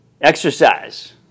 exercise